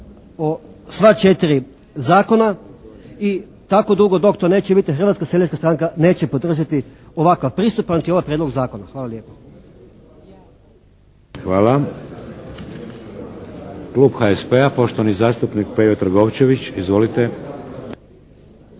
sva četiri zakona i tako dugo dok to neće biti Hrvatska seljačka stranka neće podržati ovakav pristup a niti ovaj prijedlog zakon. Hvala lijepo. **Šeks, Vladimir (HDZ)** Hvala. Klub HSP-a poštovani zastupnik Pejo Trgovčević. Izvolite!